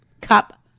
cup